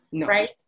right